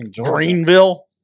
Greenville